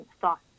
thoughts